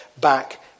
back